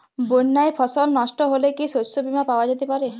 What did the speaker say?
বন্যায় ফসল নস্ট হলে কি শস্য বীমা পাওয়া যেতে পারে?